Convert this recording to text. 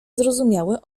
zrozumiałe